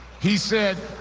he said,